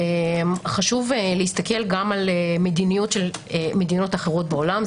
חשוב להסתכל גם על מדיניות של מדינות אחרות בעולם.